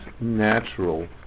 natural